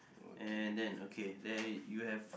and then okay there you have